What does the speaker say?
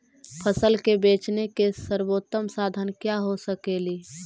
फसल के बेचने के सरबोतम साधन क्या हो सकेली?